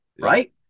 right